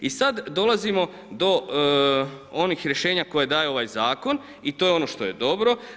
I sada dolazimo do onih rješenja koje donosi ovaj zakon i to je ono što je dobro.